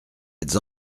êtes